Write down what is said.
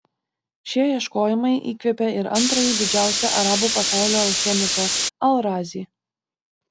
šie ieškojimai įkvėpė ir antrąjį didžiausią arabų pasaulio alchemiką al razį